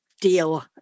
deal